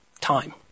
time